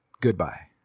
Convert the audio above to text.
Goodbye